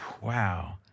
wow